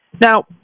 Now